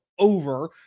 over